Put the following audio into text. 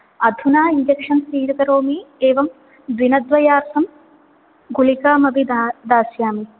अधुना इञ्जेक्षन् स्वीकरोमि एवं दिनद्वयार्थं गुलिकामपि दा दास्यामि